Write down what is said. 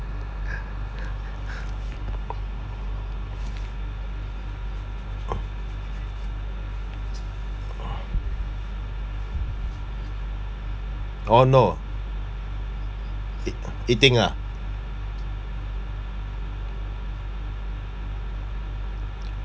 oh no eat eating ah